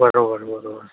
बरोबर बरोबर